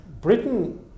Britain